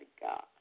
God